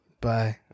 bye